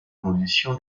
condition